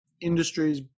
industries